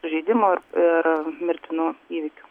sužeidimų ir mirtinų įvykių